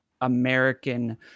American